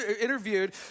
interviewed